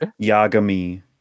Yagami